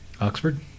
oxford